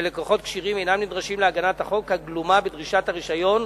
שלקוחות כשירים אינם נדרשים להגנת החוק הגלומה בדרישת הרשיון,